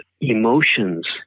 emotions